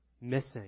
missing